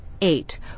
eight